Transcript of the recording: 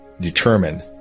determine